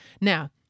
Now